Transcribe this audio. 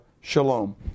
shalom